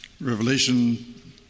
Revelation